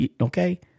okay